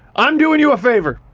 i'm doing you a favor.